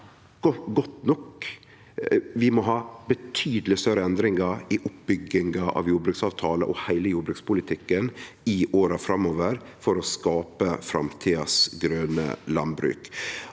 god nok. Vi må ha betydeleg større endringar i oppbygginga av jordbruksavtalen og heile jordbrukspolitikken i åra framover for å skape framtidas grøne landbruk.